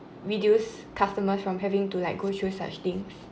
reduce customers from having to like go through such things